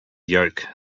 yolk